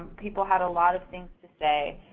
people had a lot of things to say,